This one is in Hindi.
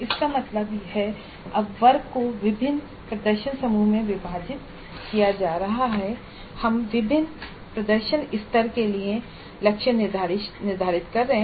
इसका मतलब है कि अब वर्ग को विभिन्न प्रदर्शन समूहों में विभाजित किया जा रहा है और हम विभिन्न प्रदर्शन स्तरों के लिए लक्ष्य निर्धारित कर रहे हैं